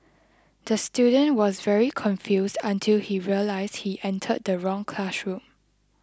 the student was very confused until he realised he entered the wrong classroom